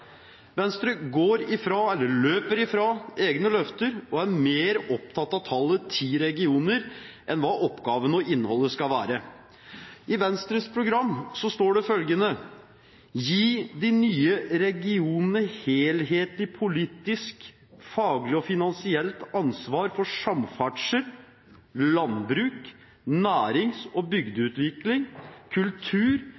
Venstre løper fra egne løfter og er mer opptatt av tallet ti regioner enn av hva oppgavene og innholdet skal være. I Venstres program står det at de vil gi «de nye regionene helhetlig politisk faglig og finansielt ansvar for samferdsel, landbruk, nærings- og